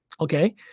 okay